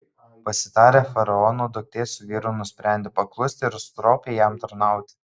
pasitarę faraono duktė su vyru nusprendė paklusti ir stropiai jam tarnauti